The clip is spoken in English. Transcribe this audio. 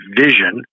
vision